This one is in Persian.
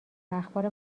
اخبار